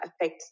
affect